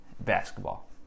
Basketball